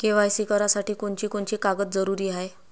KYC करासाठी कोनची कोनची कागद जरुरी हाय?